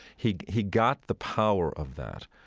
he he got the power of that,